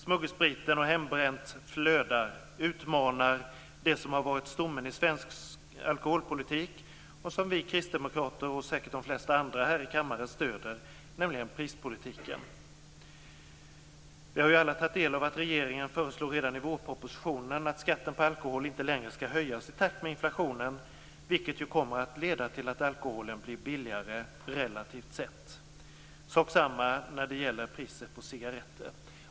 Smuggelspriten och hembränt flödar och utmanar det som har varit stommen i svensk alkoholpolitik och som vi kristdemokrater, och säkert de flesta andra här i kammaren, stöder, nämligen prispolitiken. Vi har ju alla tagit del av att regeringen redan i vårpropositionen föreslår att skatten på alkohol inte längre skall höjas i takt med inflationen, vilket kommer att leda till att alkoholen blir billigare relativt sett. Samma sak gäller priset på cigaretter.